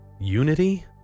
Unity